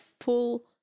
full